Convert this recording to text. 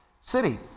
city